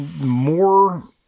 more